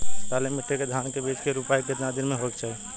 काली मिट्टी के धान के बिज के रूपाई कितना दिन मे होवे के चाही?